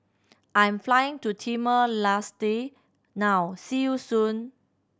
I'm flying to Timor Leste now see you soon